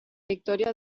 victoria